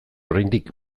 oraindik